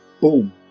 boom